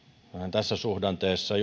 tässä suhdanteessa